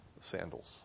sandals